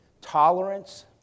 tolerance